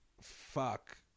fuck